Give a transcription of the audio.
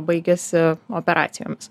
baigiasi operacijomis